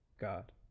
God